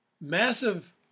massive